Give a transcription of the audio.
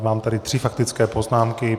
Mám tady tři faktické poznámky.